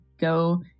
go